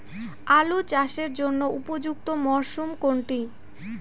আলু চাষের জন্য উপযুক্ত মরশুম কোনটি?